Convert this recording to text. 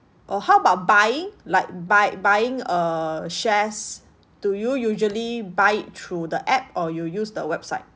or how about buying like buy buying err shares do you usually buy it through the app or you use the website